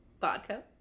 vodka